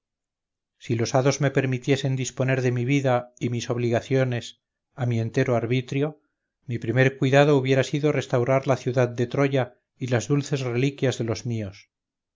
si los hados me permitiesen disponer de mi vida y mis obligaciones a mi entero arbitrio mi primer cuidado hubiera sido restaurar la ciudad de troya y las dulces reliquias de los míos